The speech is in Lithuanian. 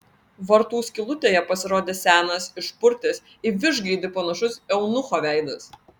vartų skylutėje pasirodė senas išpurtęs į vištgaidį panašus eunucho veidas